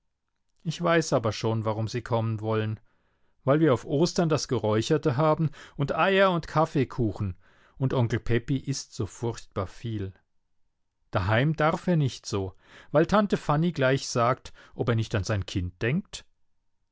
ich weiß aber schon warum sie kommen wollen weil wir auf ostern das geräucherte haben und eier und kaffeekuchen und onkel pepi ißt so furchtbar viel daheim darf er nicht so weil tante fanny gleich sagt ob er nicht an sein kind denkt